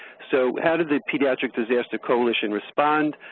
so how did the pediatric disaster coalition respond?